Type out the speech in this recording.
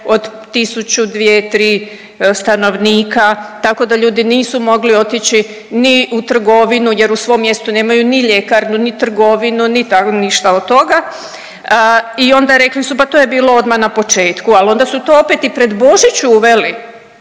od 1000, dvije, tri stanovnika, tako da ljudi nisu mogli otići ni u trgovinu jer u svom mjestu nemaju ni ljekarnu, ni trgovinu ni ništa od toga. I onda rekli su pa to je bilo odmah na početku. Ali onda su to opet i pred Božić uveli